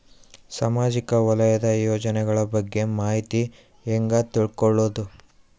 ಸಾಮಾಜಿಕ ವಲಯದ ಯೋಜನೆಗಳ ಬಗ್ಗೆ ಮಾಹಿತಿ ಹ್ಯಾಂಗ ತಿಳ್ಕೊಳ್ಳುದು?